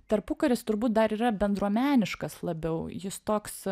tarpukaris turbūt dar yra bendruomeniškas labiau jis toks